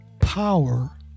power